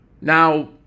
Now